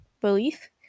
belief